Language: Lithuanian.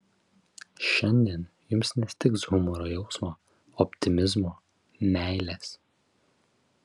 šiandien jums nestigs humoro jausmo optimizmo meilės